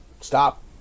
Stop